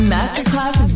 Masterclass